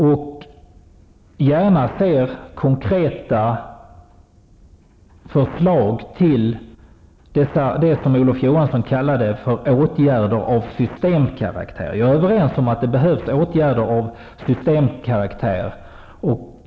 Vi ser gärna konkreta förslag till det som Olof Johansson kallade för åtgärder av systemkaraktär. Jag är överens med honom om att det behövs åtgärder av systemkaraktär.